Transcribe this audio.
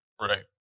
Right